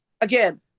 Again